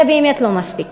זה באמת לא מספיק.